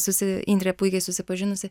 susi indrė puikiai susipažinusi